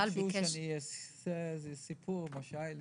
ביקשו שאספר כאן סיפור על מה שהיה לי.